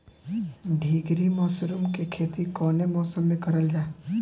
ढीघरी मशरूम के खेती कवने मौसम में करल जा?